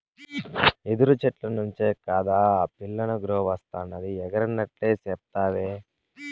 యెదురు చెట్ల నుంచే కాదా పిల్లనగ్రోవస్తాండాది ఎరగనట్లే సెప్తావే